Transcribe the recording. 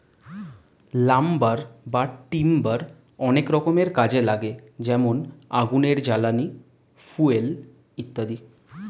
lumber বা timber অনেক রকমের কাজে লাগে যেমন আগুনের জ্বালানি, ফুয়েল ইত্যাদি